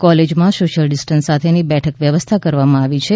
કોલેજોમાં social distance સાથેની બેઠક વ્યવસ્થા કરવામાં આવી છે